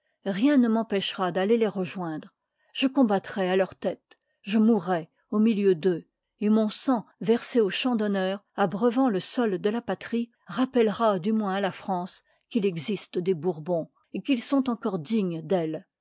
rien ne m'empêchera d'aller les rejoindre je combattrai à leur tête je mourrai au milieu d'eux qt mon sang versé au champ d'honneur abreuvant le sol de la patrie rappellera du moins à la france qu'il existe des bourbons et qu'ils sont encore dignes d'elle